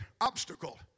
obstacle